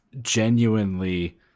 genuinely